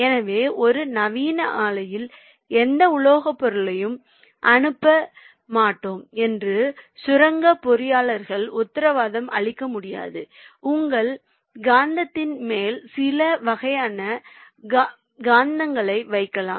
எனவே ஒரு நவீன ஆலையில் எந்த உலோகப் பொருளையும் அனுப்ப மாட்டோம் என்று சுரங்கப் பொறியாளர்களால் உத்தரவாதம் அளிக்க முடியாதபோது உங்கள் காந்தத்தின் மேல் சில வகையான காந்தங்களை வைக்கலாம்